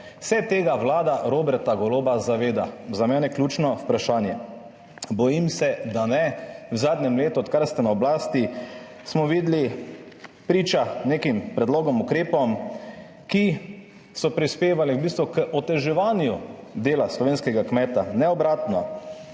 Se tega Vlada Roberta Goloba zaveda? Za mene ključno vprašanje. Bojim se, da ne. V zadnjem letu, odkar ste na oblasti, smo videli priča nekim predlogom ukrepov, ki so prispevali v bistvu k oteževanju dela slovenskega kmeta, ne obratno.